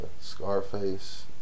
Scarface